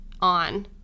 on